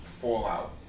fallout